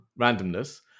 randomness